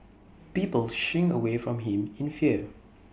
people shrink away from him in fear